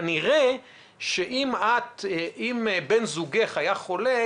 כנראה אם בן זוגך היה חולה,